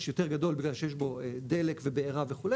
יותר גדול בגלל שיש בו דלק ובערה וכו',